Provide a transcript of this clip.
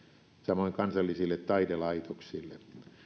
samoin kansallisille taidelaitoksille